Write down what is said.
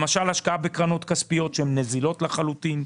למשל השקעה בקרנות כספיות שהן נזילות לחלוטין,